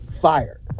Fired